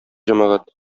җәмәгать